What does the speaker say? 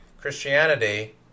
Christianity